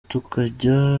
tukajya